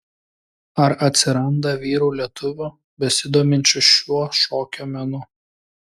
ar atsiranda vyrų lietuvių besidominčių šiuo šokio menu